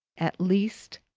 at least,